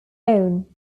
own